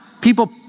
People